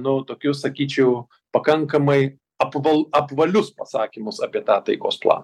nu tokių sakyčiau pakankamai apval apvalius pasakymus apie tą taikos planą